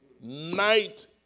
night